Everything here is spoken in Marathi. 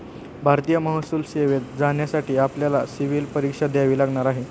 भारतीय महसूल सेवेत जाण्यासाठी आपल्याला सिव्हील परीक्षा द्यावी लागणार आहे